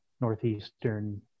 northeastern